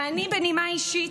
ובנימה אישית,